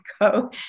go